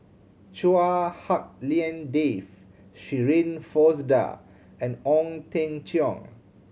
Chua Hak Lien Dave Shirin Fozdar and Ong Teng Cheong